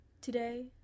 Today